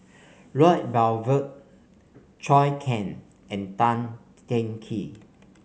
Lloyd Zhou Can and Tan Teng Kee